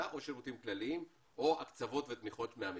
או שירותים כלליים או הקצבות ותמיכות מהמדינה.